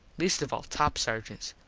least of all top sargents.